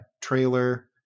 trailer